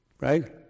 Right